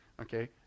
Okay